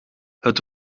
het